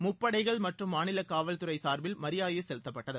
முப்படைகள் மற்றும் மாநில காவல்துறை சார்பில் மரியாதை செலுத்தப்பட்டது